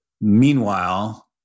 Meanwhile